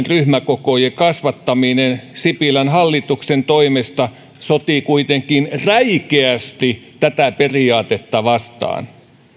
ryhmäkokojen kasvattaminen sipilän hallituksen toimesta sotii kuitenkin räikeästi tätä periaatetta vastaan